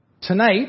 tonight